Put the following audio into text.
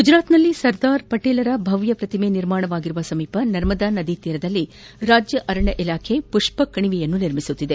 ಗುಜರಾತ್ನಲ್ಲಿ ಸರ್ದಾರ್ ಪಟೇಲರ ಭವ್ದ ಪ್ರತಿಮೆ ನಿರ್ಮಾಣವಾಗಿರುವ ಸಮೀಪ ನರ್ಮದಾ ನದಿ ದಂಡೆಯಲ್ಲಿ ರಾಜ್ಯ ಅರಣ್ಣ ಇಲಾಖೆ ಪುಪ್ಪ ಕಣಿವೆಯನ್ನು ನಿರ್ಮಿಸುತ್ತಿದೆ